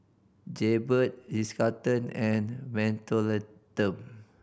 Jaybird Ritz Carlton and Mentholatum